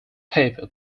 paper